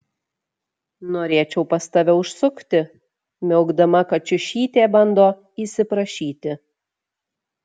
norėčiau pas tave užsukti miaukdama kačiušytė bando įsiprašyti